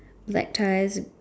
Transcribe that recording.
black tyres